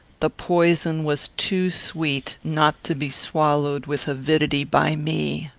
the poison was too sweet not to be swallowed with avidity by me.